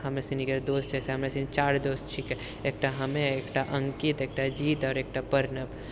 हमर सनीके दोस्त छै से हमरे सनीके चारि दोस्त छिकै एकटा हमे एकटा अङ्कित एकटा जीत एकटा प्रणव